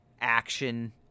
action